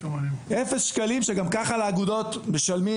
שגם ככה לאגודות משלמים,